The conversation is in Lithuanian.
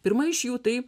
pirma iš jų tai